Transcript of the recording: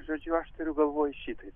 žodžiu aš turiu galvoje šitaip